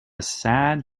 sad